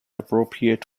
appropriate